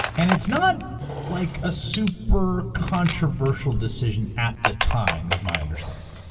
and it's not like a super controversial decision at the time, is my understanding.